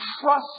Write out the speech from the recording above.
trust